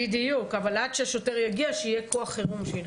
בדיוק, אבל עד שהשוטר יגיע, שיהיה כוח חירום.